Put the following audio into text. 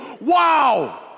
wow